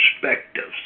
perspectives